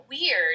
weird